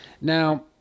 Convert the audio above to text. Now